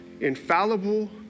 infallible